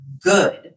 good